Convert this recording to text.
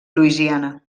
louisiana